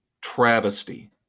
Travesty